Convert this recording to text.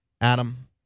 Adam